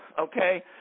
Okay